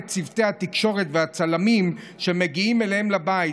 המחזקות גם את צוותי התקשורת והצלמים שמגיעים אליהם לבית,